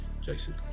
Jason